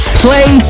play